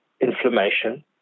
inflammation